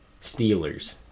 Steelers